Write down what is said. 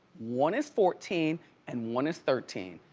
one is fourteen and one is thirteen.